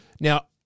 Now